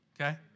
okay